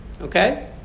okay